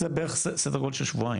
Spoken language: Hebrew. זה בערך סדר גודל של שבועיים.